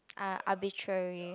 ar~ arbitrary